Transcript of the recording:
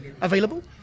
available